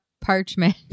parchment